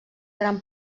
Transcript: gran